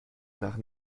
nach